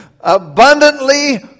abundantly